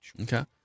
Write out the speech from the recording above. Okay